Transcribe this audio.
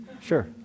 Sure